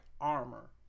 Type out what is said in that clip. armor